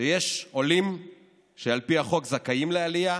שיש עולים שעל פי החוק זכאים לעלייה,